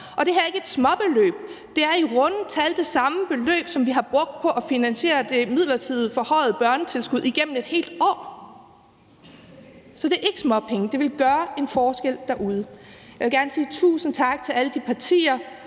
Og det her er ikke et småbeløb. Det er i runde tal det samme beløb, som vi har brugt på at finansiere det midlertidige forhøjede børnetilskud igennem et helt år. Så det er ikke småpenge. Det ville gøre en forskel derude. Jeg vil gerne sige tusind tak til alle de partier,